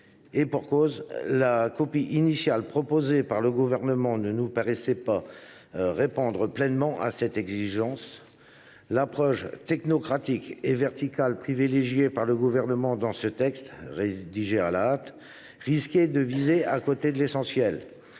et pour cause : la copie initiale du Gouvernement ne nous paraissait pas répondre pleinement à cette exigence. L’approche technocratique et verticale qui était privilégiée dans un texte rédigé à la hâte risquait de viser à côté de l’essentiel